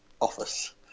office